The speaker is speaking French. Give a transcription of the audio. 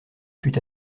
fut